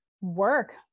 work